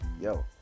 yo